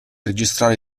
registrare